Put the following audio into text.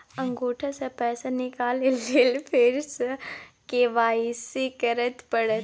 अंगूठा स पैसा निकाले लेल फेर स के.वाई.सी करै परतै?